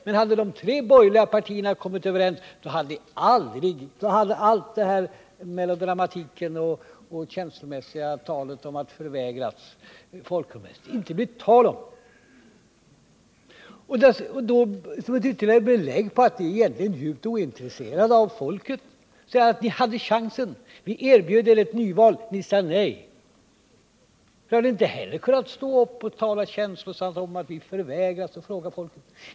Men hade de tre borgerliga partierna kommit överens, så hade all denna melodramatik och allt detta känslomässiga tal om att centern förvägrats folkomröstning inte kunnat komma till stånd. Som ett ytterligare belägg för att ni egentligen är djupt ointresserade av folket kan jag nämna att ni ju hade chansen att fråga folket. Vi erbjöd er ett nyval, men ni sade nej. Då hade ni inte heller kunnat stå upp och tala känslosamt om att ni förvägrats folkomröstning.